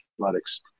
Athletics